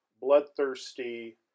bloodthirsty